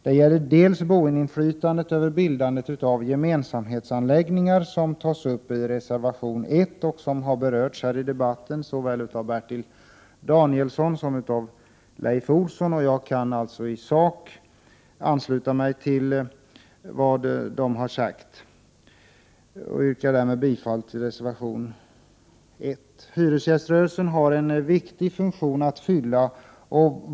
Det gäller dels boendeinflytandet över bildandet av gemensamhetsanläggningar, vilket tas upp i reservation 1. Det har här i debatten berörts av såväl Bertil Danielsson som Leif Olsson, och jag kan i sak ansluta mig till vad de har sagt. Jag yrkar därmed bifall till reservation 1. Hyresgäströrelsen har en viktig funktion att fylla.